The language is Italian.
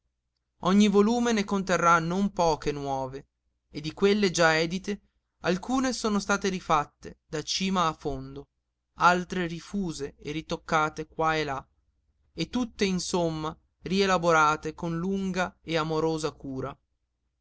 ogni volume ne conterrà non poche nuove e di quelle già edite alcune sono state rifatte da cima a fondo altre rifuse e ritoccate qua e là e tutte insomma rielaborate con lunga e amorosa cura